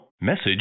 Message